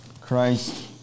Christ